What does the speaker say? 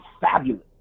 fabulous